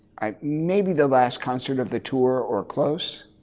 maybe, the last concert of the tour or close.